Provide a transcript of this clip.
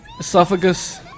esophagus